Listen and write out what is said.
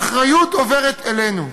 האחריות עוברת אלינו.